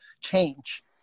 change